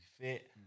fit